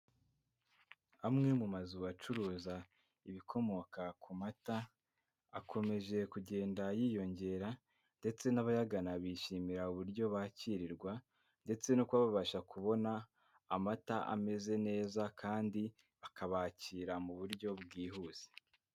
Amwe mu mazu acuruza ibikomoka ku mata, akomeje kugenda yiyongera ndetse n'abayagana bishimira uburyo bakirirwa ndetse no kuba babasha kubona amata ameze neza kandi bakabakira mu buryo bwihuse.